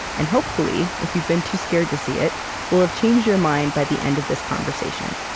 and hopefully if you've been too scared to see it we'll have changed your mind by the end of this conversation